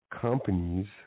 Companies